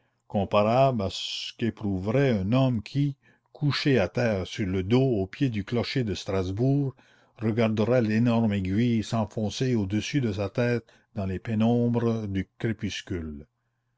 comparable à ce qu'éprouverait un homme qui couché à terre sur le dos au pied du clocher de strasbourg regarderait l'énorme aiguille s'enfoncer au-dessus de sa tête dans les pénombres du crépuscule